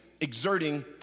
exerting